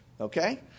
Okay